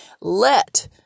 let